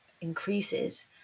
increases